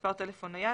מספר טלפון נייד,